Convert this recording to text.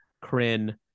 Kryn